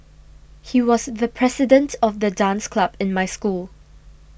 he was the president of the dance club in my school